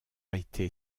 été